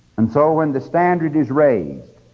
and so when the standard is raised,